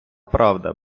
правда